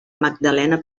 magdalena